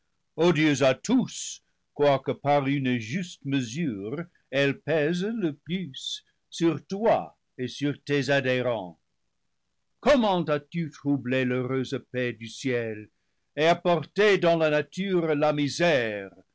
odieuse à tous quoique par une juste mesure elle pèse le plus sur toi et sur tes adhérents com ment as-tu troublé l'heureuse paix du ciel et apporté dans la nature la misère